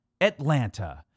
Atlanta